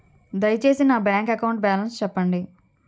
దయచేసి నా bank account balance చెప్పండి